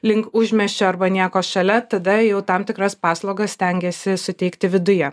link užmiesčio arba nieko šalia tada jau tam tikras paslaugas stengiasi suteikti viduje